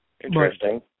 Interesting